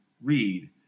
read